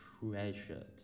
treasured